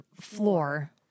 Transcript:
floor